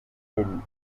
peuls